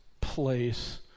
place